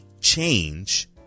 change